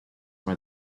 why